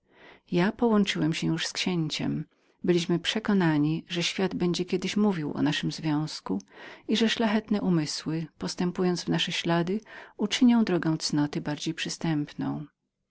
ja połączyłem się już z księciem nie byliśmy oddaleni od mniemania że świat będzie kiedyś mówił o naszym związku i że szlachetne umysły postępując w nasze ślady ułatwią i